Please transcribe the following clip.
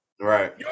Right